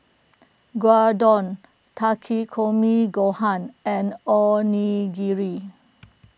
Gyudon Takikomi Gohan and Onigiri